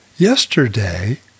Yesterday